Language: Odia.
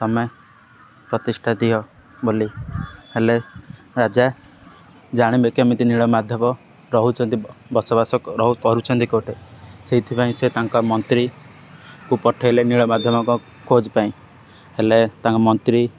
ତୁମେ ପ୍ରତିଷ୍ଠା ଦିଅ ବୋଲି ହେଲେ ରାଜା ଜାଣିବେ କେମିତି ନୀଳମାଧବ ରହୁଛନ୍ତି ବସବାସ ରହୁ କରୁଛନ୍ତି କୋଉଠି ସେଇଥିପାଇଁ ସେ ତାଙ୍କ ମନ୍ତ୍ରୀକୁ ପଠେଇଲେ ନୀଳମାଧବଙ୍କ ଖୋଜ ପାଇଁ ହେଲେ ତାଙ୍କ ମନ୍ତ୍ରୀ